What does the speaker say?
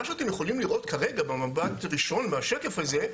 מה שאתם יכולים לראות כרגע במבט ראשון מהשקף הזה,